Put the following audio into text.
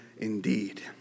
indeed